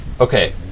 Okay